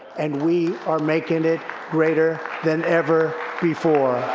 and we are making it greater than ever before.